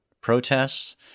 protests